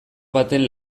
baten